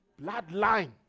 bloodline